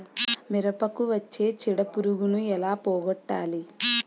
మిరపకు వచ్చే చిడపురుగును ఏల పోగొట్టాలి?